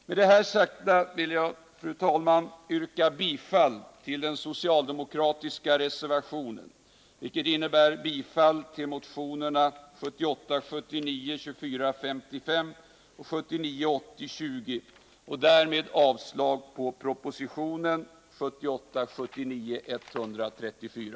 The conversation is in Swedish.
Med det sagda vill jag, fru talman, yrka bifall till den socialdemokratiska reservationen, vilket innebär bifall till motionerna 1978 80:20 och därmed avslag på propositionen 1978/79:134.